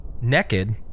naked